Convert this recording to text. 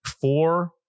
four